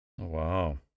Wow